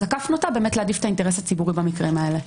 אז הכף נוטה באמת להעדיף את האינטרס הציבורי במקרים האלה.